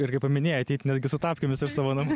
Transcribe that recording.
ir kai paminėjai ateiti net gi su tapkėmis iš savo namų